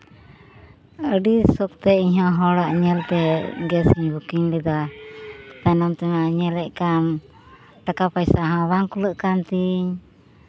ᱟᱹᱰᱤ ᱥᱚᱠᱛᱮ ᱤᱧ ᱦᱚᱸ ᱦᱚᱲᱟᱜ ᱧᱮᱞᱛᱮ ᱜᱮᱥ ᱤᱧ ᱵᱩᱠᱤᱝ ᱞᱮᱫᱟ ᱛᱟᱭᱚᱢ ᱛᱮᱢᱟᱧ ᱧᱮᱞᱮᱫ ᱠᱟᱱ ᱴᱟᱠᱟ ᱯᱚᱭᱥᱟ ᱦᱚᱸ ᱵᱟᱝ ᱠᱩᱞᱟᱹᱜ ᱠᱟᱱ ᱛᱤᱧ